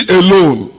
alone